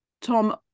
Tom